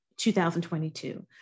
2022